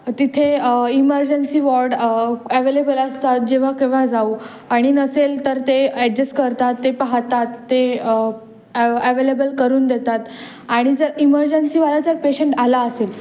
तिथे emergency ward available असतात जेव्हा केव्हा जाऊ आणि नसेल तर ते ॲडजस्ट करतात ते पाहतात ते अव अवेलेबल करून देतात आणि जर इमर्जन्सीवाला जर पेशंट आला असेल